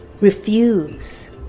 refuse